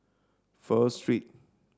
Pho Street